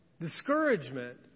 discouragement